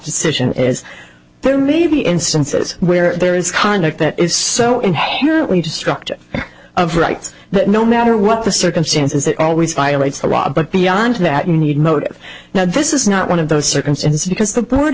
decision is there may be instances where there is conduct that is so in destructor of right that no matter what the circumstances it always violates the law but beyond that you need motive now this is not one of those circumstances because